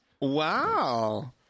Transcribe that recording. Wow